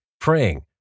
praying